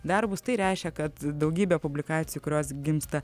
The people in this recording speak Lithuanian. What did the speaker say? darbus tai reiškia kad daugybė publikacijų kurios gimsta